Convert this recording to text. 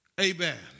Amen